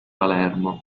palermo